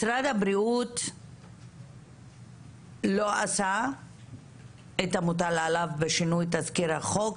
משרד הבריאות לא עשה את המוטל עליו בשינוי תסקיר החוק,